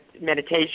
meditation